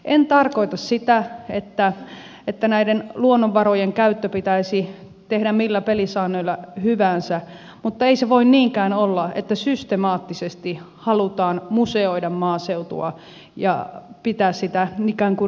en tarkoita sitä että luonnonvarojen käyttö pitäisi tehdä millä pelisäännöillä hyvänsä mutta ei se voi niinkään olla että systemaattisesti halutaan museoida maaseutua ja pitää sitä ikään kuin reservaattina